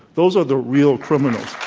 those are the real criminals.